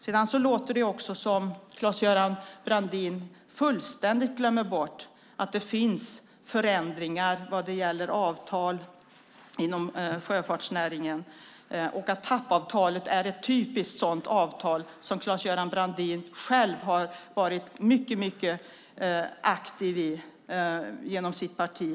Det låter som om Claes-Göran Brandin fullständigt glömmer bort att det finns förändringar vad det gäller avtal inom sjöfartsnäringen. TAP-avtalet är ett typiskt sådant avtal som Claes-Göran Brandin själv har varit mycket aktiv i genom sitt parti.